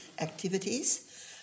activities